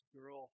girl